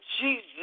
Jesus